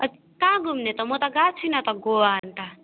अत् कहाँ घुम्ने त म त गएको छुइनँ त गोवा अनि त